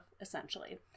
essentially